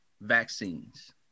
vaccines